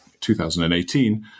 2018